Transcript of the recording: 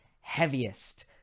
heaviest